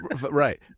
Right